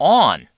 on